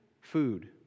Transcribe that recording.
food